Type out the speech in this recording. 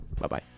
Bye-bye